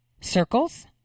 circles